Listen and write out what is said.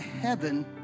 heaven